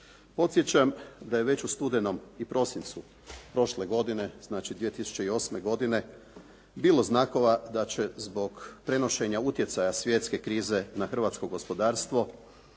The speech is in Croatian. Podsjećam da je već u studenom i prosincu prošle godine, znači 2008. godine bilo znakova da će zbog prenošenja utjecaja svjetske krize na hrvatsko gospodarstvo